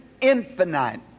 infinite